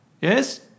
Yes